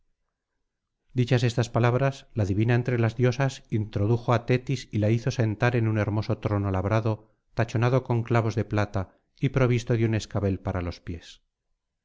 dichas estas palabras la divina entre las diosas introdujo á tetis y la hizo sentar en un hermoso trono labrado tachonado con clavos de plata y provisto de un escabel para los pies